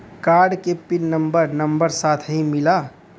Card के pin number number साथही मिला?